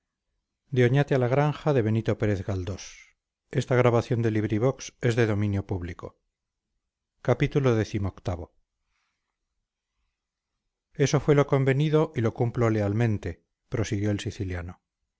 tratado eso fue lo convenido y lo cumplo lealmente prosiguió el siciliano